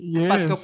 yes